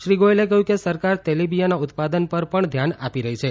શ્રી ગોયલે કહ્યું કેસરકાર તેલીબીયાના ઉત્પાદન પર પણ ધ્યાન આપી રહી છે